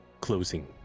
closing